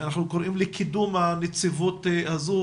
אנחנו קוראים לקידום הנציבות הזו,